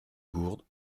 gourd